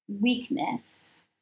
weakness